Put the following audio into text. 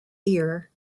ear